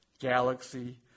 galaxy